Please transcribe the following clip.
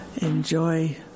enjoy